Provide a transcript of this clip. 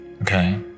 Okay